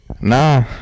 Nah